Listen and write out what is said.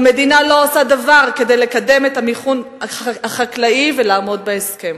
והמדינה לא עושה דבר כדי לקדם את המיכון החקלאי ולעמוד בהסכם.